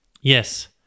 Yes